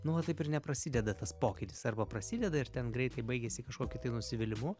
nu va taip ir neprasideda tas pokytis arba prasideda ir ten greitai baigiasi kažkokiu tai nusivylimu